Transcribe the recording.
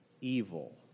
evil